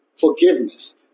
Forgiveness